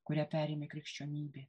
kurią perėmė krikščionybė